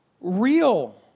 real